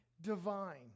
divine